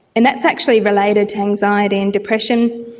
and that's actually related to anxiety and depression.